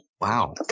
Wow